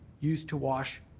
used to wash